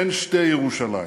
אין שתי ירושלים,